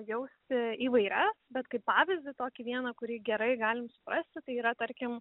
jausti įvairias bet kaip pavyzdį tokį vieną kurį gerai galim suprasti tai yra tarkim